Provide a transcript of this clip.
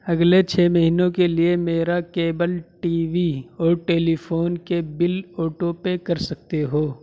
اگلے چھ مہینوں کے لیے میرا کیبل ٹی وی اور ٹیلی فون کے بل آٹو پے کر سکتے ہو